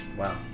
Wow